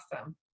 awesome